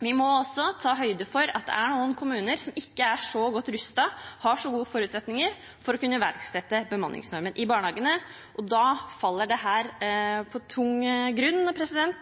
Vi må også ta høyde for at det er noen kommuner som ikke er så godt rustet eller har så gode forutsetninger for å kunne iverksette bemanningsnormen i barnehagene, og da faller det på stengrunn